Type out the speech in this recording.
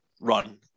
run